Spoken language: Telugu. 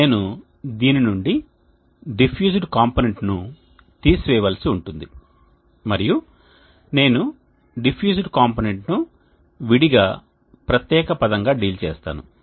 కాబట్టి నేను దీని నుండి డిఫ్యూజ్డ్ కాంపోనెంట్ ను తీసివేయవలసి ఉంటుంది మరియు నేను డిఫ్యూజ్డ్ కాంపోనెంట్ను విడిగా ప్రత్యేక పదంగా డీల్ చేస్తాను